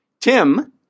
Tim